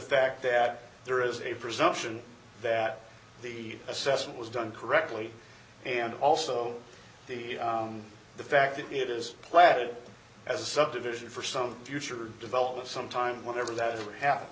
fact that there is a presumption that the assessment was done correctly and also on the fact that it is plateaued as a subdivision for some future development some time whenever that happen